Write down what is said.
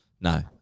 No